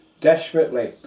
Desperately